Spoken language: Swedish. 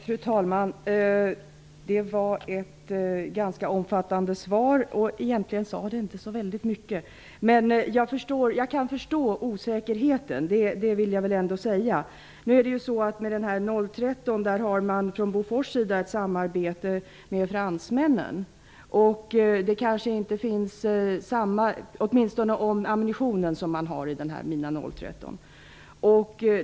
Fru talman! Det var ett ganska omfattande svar som egentligen inte sade så mycket. Jag vill ändå säga att jag kan förstå osäkerheten. Bofors har ett samarbete med fransmännen i fråga om mina 013, åtminstone när det gäller den ammunition som finns i minan.